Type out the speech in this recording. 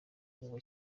ntabwo